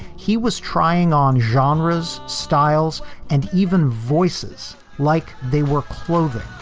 he was trying on genres, styles and even voices like they were clothing